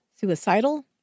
Suicidal